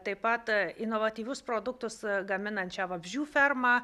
taip pat inovatyvius produktus gaminančią vabzdžių fermą